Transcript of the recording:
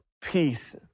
Peace